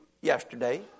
yesterday